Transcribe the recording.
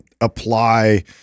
apply